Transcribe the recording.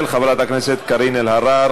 של חברת הכנסת קארין אלהרר.